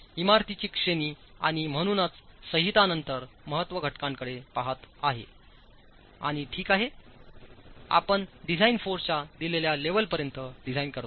इमारतीची श्रेणी आणि म्हणूनच संहिता नंतर महत्त्व घटकांकडेपहात आहेआणि ठीक आहे आपणडिझाइन फोर्सच्यादिलेल्या लेवल पर्यंत डिझाइन करतो